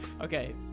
Okay